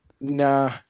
nah